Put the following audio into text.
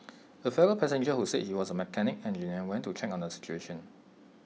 A fellow passenger who said he was A mechanical engineer went to check on the situation